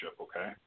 okay